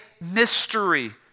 mystery